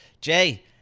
jay